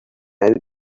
out